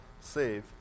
save